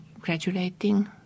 graduating